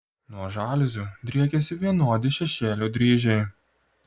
nuo žaliuzių driekiasi vienodi šešėlių dryžiai